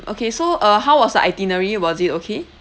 okay so uh how was the itinerary was it okay